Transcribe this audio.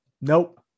Nope